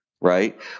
right